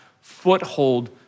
foothold